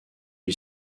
lui